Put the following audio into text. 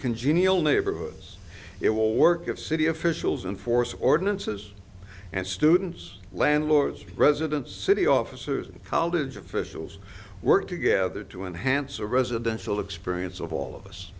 congeal neighborhoods it will work of city officials and force ordinances and students landlords residents city officers and college officials work together to enhance a residential experience of all of us